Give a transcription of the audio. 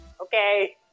Okay